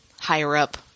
higher-up